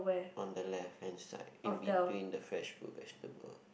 on the left hand side in between the fresh fruit vegetable